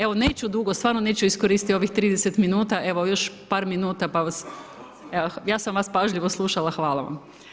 Evo, neću dugo, stvarno neću iskoristiti ovih 30 minuta, evo još par minuta, pa vas, evo ja sam vas pažljivo slušala, hvala vam.